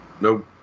Nope